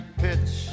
pitch